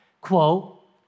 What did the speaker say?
Quote